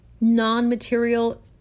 non-material